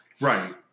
Right